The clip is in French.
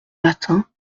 matin